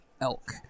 elk